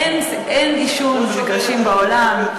אין עישון במגרשים בעולם.